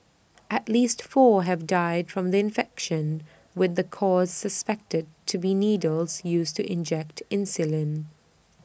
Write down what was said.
at least four have died from the infection with the cause suspected to be needles used to inject insulin